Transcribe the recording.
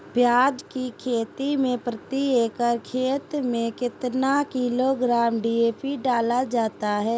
प्याज की खेती में प्रति एकड़ खेत में कितना किलोग्राम डी.ए.पी डाला जाता है?